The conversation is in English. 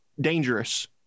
dangerous